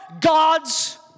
God's